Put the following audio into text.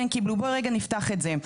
בואי רגע נפתח את זה.